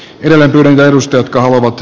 etelän urheilusta jotka ovat